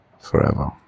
forever